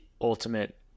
ultimate